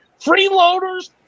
Freeloaders